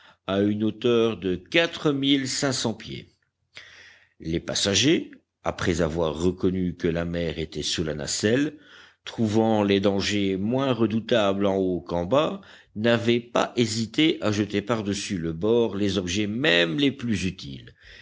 à une hauteur de quatre mille cinq cents pieds les passagers après avoir reconnu que la mer était sous la nacelle trouvant les dangers moins redoutables en haut qu'en bas n'avaient pas hésité à jeter par-dessus le bord les objets même les plus utiles